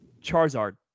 Charizard